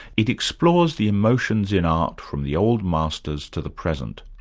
it explores the emotions in art from the old masters to the present.